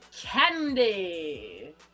candy